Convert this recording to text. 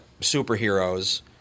superheroes